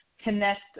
connect